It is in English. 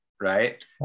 right